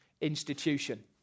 institution